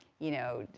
you know,